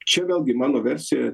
čia vėlgi mano versija